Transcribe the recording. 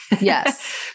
Yes